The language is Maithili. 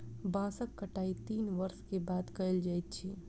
बांसक कटाई तीन वर्ष के बाद कयल जाइत अछि